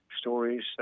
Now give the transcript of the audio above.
stories